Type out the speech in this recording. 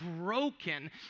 broken